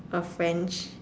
or French